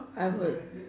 I would